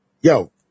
yo